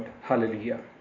Hallelujah